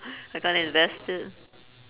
I can't invest it